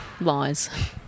lies